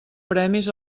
premis